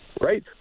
Right